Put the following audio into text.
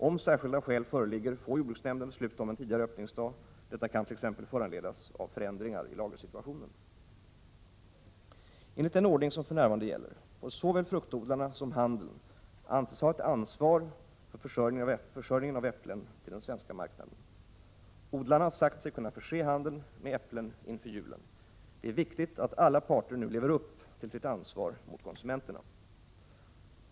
Om särskilda skäl föreligger får jordbruksnämnden besluta om en tidigare öppningsdag. Detta kan t.ex. föranledas av förändringar i lagersituationen. Enligt den ordning som för närvarande gäller får såväl fruktodlarna som handeln anses ha ett ansvar för försörjningen av äpplen till den svenska marknaden. Odlarna har sagt sig kunna förse handeln med äpplen inför julen. Det är viktigt att alla parter nu lever upp till sitt ansvar mot konsumenterna.